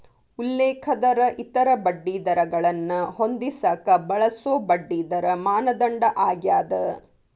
ಉಲ್ಲೇಖ ದರ ಇತರ ಬಡ್ಡಿದರಗಳನ್ನ ಹೊಂದಿಸಕ ಬಳಸೊ ಬಡ್ಡಿದರ ಮಾನದಂಡ ಆಗ್ಯಾದ